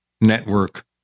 network